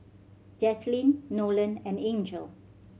Jaslene Nolen and Angel